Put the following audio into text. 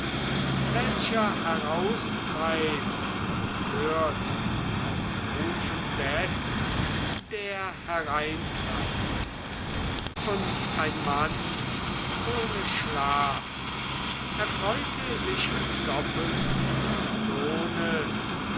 welcher heraustreibt hört das rufen des der hereintreibt und ein mann ohne schlaf erfreute sich doppelten lohnes